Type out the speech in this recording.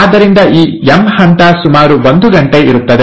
ಆದ್ದರಿಂದ ಈ ಎಂ ಹಂತ ಸುಮಾರು ಒಂದು ಗಂಟೆ ಇರುತ್ತದೆ